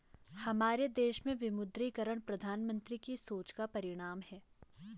हमारे देश में विमुद्रीकरण प्रधानमन्त्री की सोच का परिणाम है